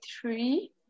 three